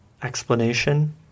explanation